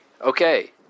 Okay